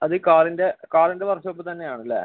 അത് കാറിൻ്റെ കാറിൻ്റെ വർക്ക് ഷോപ്പിൽ തന്നെയാണല്ലേ